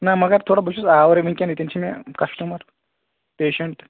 نہ مگر تھوڑا بہٕ چھُس آورُ وٕنکٮ۪نۍ ییٚتٮ۪ن چھٕ مےٚ کَسٹٕمَر پیشنٛٹ